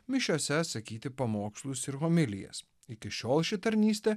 mišiose sakyti pamokslus ir homilijas iki šiol ši tarnystė